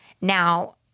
Now